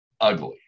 Ugly